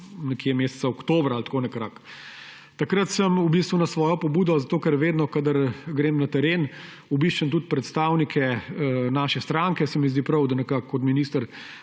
to meseca oktobra ali tako nekako. Takrat sem v bistvu na svojo pobudo, zato ker vedno, kadar grem na teren, obiščem tudi predstavnike naše stranke, ker se mi zdi prav, da kot minister